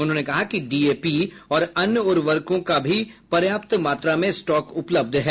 उन्होंने कहा कि डीएपी और अन्य उर्वरकों का भी पर्याप्त मात्रा में स्टॉक उपलब्ध है